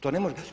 To ne može.